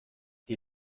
die